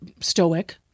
stoic